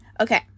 okay